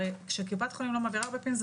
הרי כשקופת חולים לא מעבירה הרבה פעמים זה